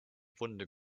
wunde